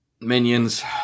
Minions